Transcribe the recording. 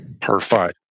Perfect